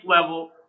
level